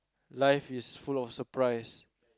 life is full of surprise